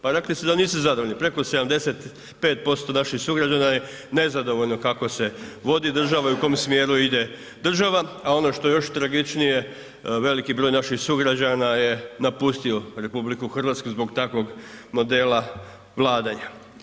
Pa rekli su da nisu zadovoljni, preko 75% naših sugrađana je nezadovoljno kako se vodi država i u kom smjeru ide država, a ono što je još tragičnije, veliki broj naših sugrađana je napustio RH zbog takvog modela vladanja.